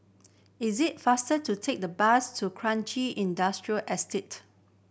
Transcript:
it's it faster to take the bus to Kranji Industrial Estate